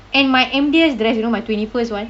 and my M_D_S dress you know my twenty first one